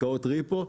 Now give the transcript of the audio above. עסקאות ריפו,